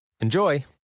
Enjoy